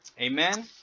amen